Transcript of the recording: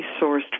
sourced